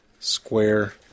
square